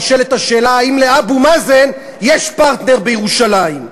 נשאלת השאלה האם לאבו מאזן יש פרטנר בירושלים.